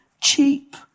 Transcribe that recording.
cheap